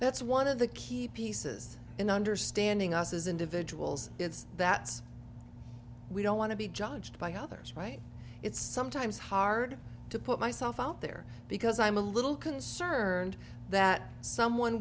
that's one of the key pieces in understanding us as individuals is that we don't want to be judged by others right it's sometimes hard to put myself out there because i'm a little concerned that someone